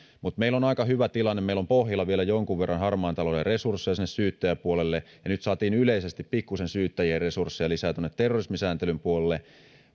mutta meillä on aika hyvä tilanne meillä on pohjalla vielä jonkun verran harmaan talouden resursseja syyttäjäpuolelle ja nyt saatiin yleisesti syyttäjien resursseja pikkuisen lisää terrorismisääntelyn puolelle